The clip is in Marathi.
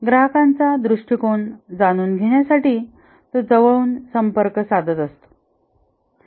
ग्राहकांचा दृष्टीकोन जाणून घेण्यासाठी तो जवळून संपर्क साधत असतो